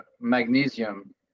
magnesium